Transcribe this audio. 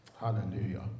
Hallelujah